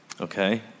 Okay